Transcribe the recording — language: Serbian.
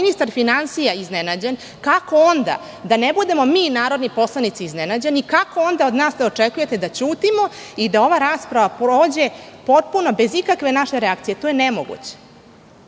ministar finansija iznenađen kako onda da ne budemo mi, narodni poslanici, iznenađeni, kako onda od nas da očekujete da ćutimo i da ova rasprava prođe potpuno bez ikakve naše reakcije? To je nemoguće.